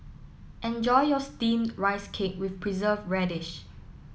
enjoy your Steamed Rice Cake with Preserved Radish